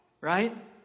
Right